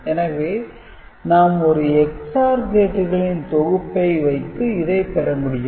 எனவே நாம் ஒரு XOR கேட்டுகளின் தொகுப்பை வைத்து இதைப் பெற முடியும்